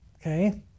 okay